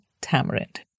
tamarind